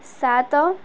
ସାତ